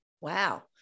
Wow